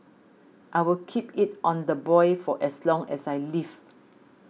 I'll keep it on the boil for as long as I live